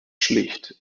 schlicht